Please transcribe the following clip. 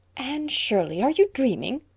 anne shirley, are you dreaming?